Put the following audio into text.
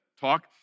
talk